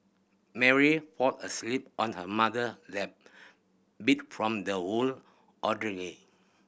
Mary fall asleep on her mother lap beat from the whole ordeal